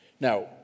Now